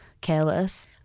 careless